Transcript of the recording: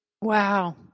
Wow